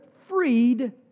freed